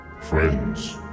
Friends